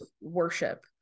worship